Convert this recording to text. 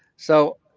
so,